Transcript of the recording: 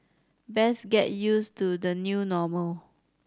best get used to the new normal